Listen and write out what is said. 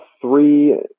three